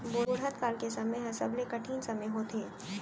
बुढ़त काल के समे ह सबले कठिन समे होथे